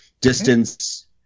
Distance